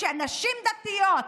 כשנשים דתיות,